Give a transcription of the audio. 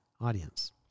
audience